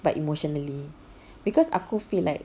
but emotionally because aku feel like